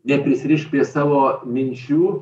neprisirišk prie savo minčių